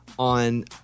on